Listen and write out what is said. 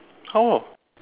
how